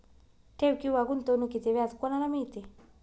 ठेव किंवा गुंतवणूकीचे व्याज कोणाला मिळते?